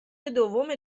دوم